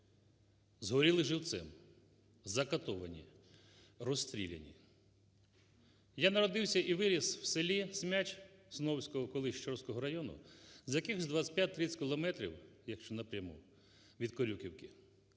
згоріли живцем, закатовані, розстріляні. Я народився і виріс в селіСмяч, Сновського колись, Щорського району, за якихось 25-30 кілометрів, якщо напряму від Корюківки,